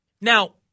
Now